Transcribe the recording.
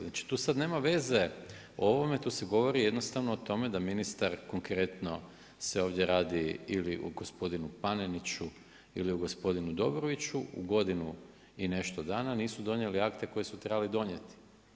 Znači tu sada nema veze o ovome, tu se govori jednostavno o tome da ministar, konkretno se ovdje radi ili o gospodinu Paneniću ili o gospodinu Dobroviću u godinu i nešto dana nisu donijeli akte koje su trebali donijeti.